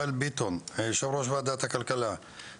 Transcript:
שמוביל יושב-ראש ועדת הכלכלה מיכאל ביטון,